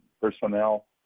personnel